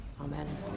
Amen